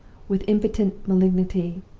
with impotent malignity,